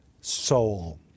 soul